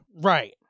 Right